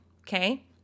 Okay